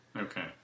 Okay